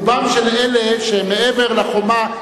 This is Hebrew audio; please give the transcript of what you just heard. רוב אלה שהם מעבר לחומה,